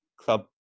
Club